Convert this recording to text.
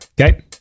Okay